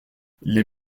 les